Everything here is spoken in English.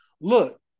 Look